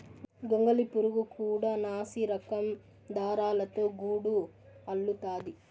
గొంగళి పురుగు కూడా నాసిరకం దారాలతో గూడు అల్లుతాది